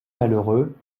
malheureux